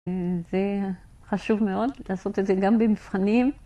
זה חשוב מאוד לעשות את זה גם במבחנים.